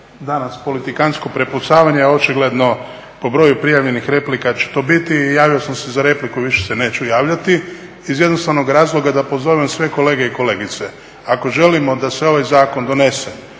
danas politikantsko prepucavanje, a očigledno po broju prijavljenih replika će to biti i javio sam se za repliku i više se neću javljati, iz jednostavnog razloga da pozovem sve kolegice i kolege, ako želimo da se ovaj zakon donese